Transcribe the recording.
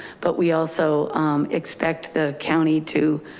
but we also expect the county to,